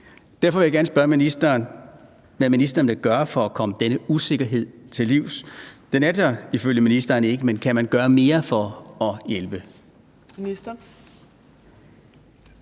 Derfor vil jeg gerne spørge ministeren, hvad ministeren vil gøre for at komme denne usikkerhed til livs. Den er der ifølge ministeren ikke, men kan man gøre mere for at hjælpe?